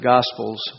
Gospels